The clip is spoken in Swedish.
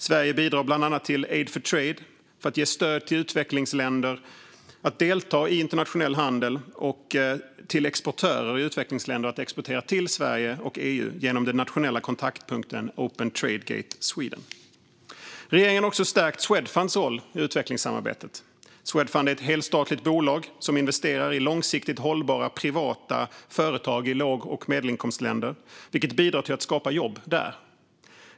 Sverige bidrar bland annat till Aid for Trade för att ge stöd till utvecklingsländer att delta i internationell handel, och vi ger också stöd till exportörer i utvecklingsländer att exportera till Sverige och EU genom den nationella kontaktpunkten Open Trade Gate Sweden. Regeringen har också stärkt Swedfunds roll i utvecklingssamarbetet. Swedfund är ett helstatligt bolag som investerar i långsiktigt hållbara privata företag i låg och medelinkomstländer, vilket bidrar till att skapa jobb där.